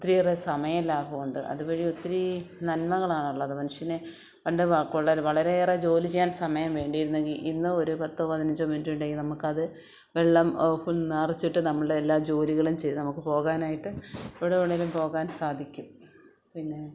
ഒത്തിരിയേറെ സമയം ലാഭമുണ്ട് അതുവഴി ഒത്തിരി നന്മകളാണുള്ളത് മനുഷ്യന് പണ്ട് വ കൂടുതൽ വളരെയേറെ ജോലി ചെയ്യാൻ സമയം വേണ്ടിരുന്നെങ്കിൽ ഇന്ന് ഒരു പത്തോ പതിനഞ്ചോ മിനിറ്റുണ്ടെങ്കിൽ നമുക്കത് വെള്ളം നിറച്ചിട്ട് നമ്മളുടെ എല്ലാ ജോലികളും ചെയ്യാം നമുക്കു പോകാനായിട്ട് എവിടെ വേണേലും പോകാൻ സാധിക്കും പിന്നെ